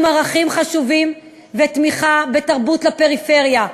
ערכים חשובים ותמיכה בתרבות לפריפריה,